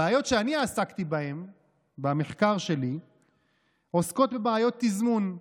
הבעיות שאני עסקתי בהן במחקר שלי עוסקות בבעיות תזמון,